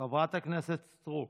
חברת הכנסת סטרוק,